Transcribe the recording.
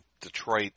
Detroit